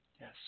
yes